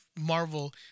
Marvel